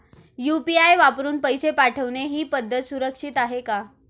UPI वापरून पैसे पाठवणे ही पद्धत सुरक्षित आहे का?